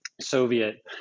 soviet